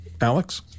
Alex